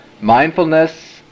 Mindfulness